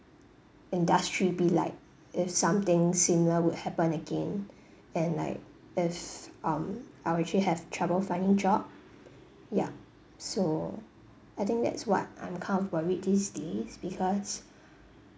industry be like if something similar would happen again and like if um I will actually have trouble finding job ya so I think that's what I'm kind of worried these days because